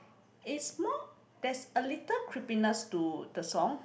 is more there's a little creepiness to the song